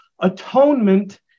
Atonement